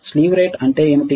slew rate అంటే ఏమిటి